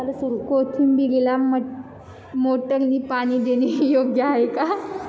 कोथिंबीरीला मोटारने पाणी देणे योग्य आहे का?